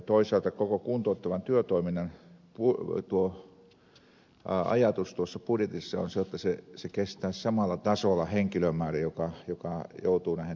toisaalta koko kuntouttavan työtoiminnan ajatus budjetissa on se jotta kestäisi samalla tasolla se henkilömäärä joka joutuu näihin toimenpiteisiin